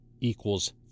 equals